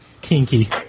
Kinky